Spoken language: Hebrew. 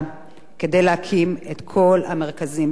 כדי להקים את כל המרכזים במקביל.